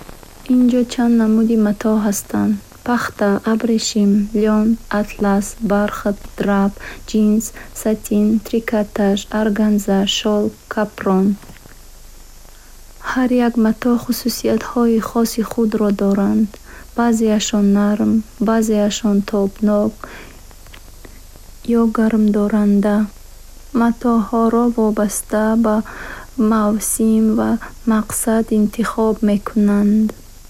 Ин ҷо чанд намуди матоъ ҳастанд: пахта, абрешим, полиэстер, лен, шер, атлас, бархат, драп, джинс, сатен, трикотаж, органза, шёлк, капрон. Ҳар як матоъ хусусиятҳои хоси худро дорад баъзеаш нарм, баъзеаш тобнок ё гармдорандаанд. Матоъҳоро вобаста ба мавсим ва мақсад интихоб мекун.